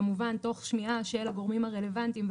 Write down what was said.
כמובן תוך שמירה של הגורמים הרלוונטיים,